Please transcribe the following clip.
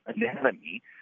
anatomy